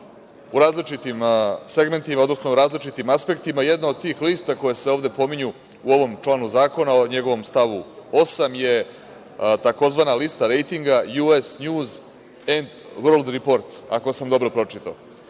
u različitim segmentima, odnosno različitim aspektima. Jedna od tih lista koje se ovde pominju u ovom članu zakona u njegovom stavu 8. je tzv. lista rejtinga „JS njuz end vrld riport“, ako sam dobro pročitao. Vidite,